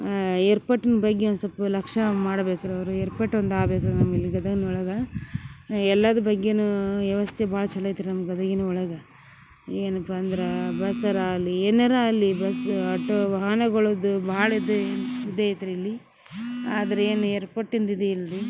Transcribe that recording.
ಏರ್ಪೋರ್ಟಿನ ಬಗ್ಗೆ ಒಂದು ಸೊಪ್ ಲಕ್ಷ್ಯ ಮಾಡ್ಬೇಕ್ರೀ ಅವರು ಏರ್ಪೋರ್ಟ್ ಒಂದು ಆಗಬೇಕು ನಮ್ಮ ಇಲ್ಲಿ ಗದಗ್ನೊಳಗ ಎಲ್ಲಾದ್ ಬಗ್ಗೆನೂ ವ್ಯವಸ್ಥೆ ಭಾಳ ಛಲೋ ಅಯ್ತ ರೀ ನಮ್ಮ ಗದಗಿನೊಳಗೆ ಏನಪ್ಪಾ ಅಂದ್ರಾ ಬಸ್ಸರ ಆಲಿ ಏನರ ಆಲಿ ಬಸ್ಸ ಆಟೋ ವಾಹನಗಳದ್ದು ಭಾಳ್ ಇದೆ ಇದಯ್ತ ರೀ ಇಲ್ಲಿ ಆದ್ರ ಏನು ಏಪೋರ್ಟಿಂದ ಇದಿಲ್ರಿ